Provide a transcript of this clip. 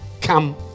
Come